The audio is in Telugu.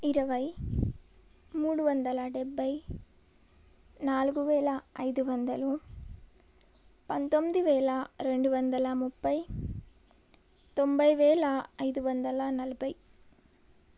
ఇరవై మూడు వందల డెబ్బై నాలుగు వేల ఐదు వందలు పంతొమ్మిది వేల రెండువందల ముప్పై తొంభై వేల ఐదు వందల నలభై